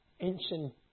ancient